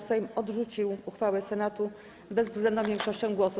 Sejm odrzucił uchwałę Senatu bezwzględną większością głosów.